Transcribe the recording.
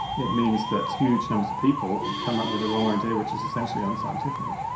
it means that huge numbers of people and come up with the wrong idea which is essentially unscientific.